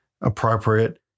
appropriate